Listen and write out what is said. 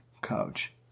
coach